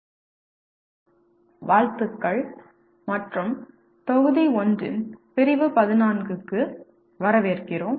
மன உணர்வு மற்றும் சைக்கோமோட்டர் களங்கள் வாழ்த்துக்கள் மற்றும் தொகுதி 1 இன் பிரிவு 14 க்கு வரவேற்கிறோம்